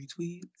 retweets